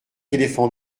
éléphants